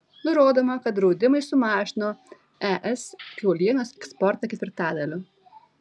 nurodoma kad draudimai sumažino es kiaulienos eksportą ketvirtadaliu